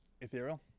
ethereal